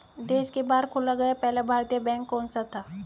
देश के बाहर खोला गया पहला भारतीय बैंक कौन सा था?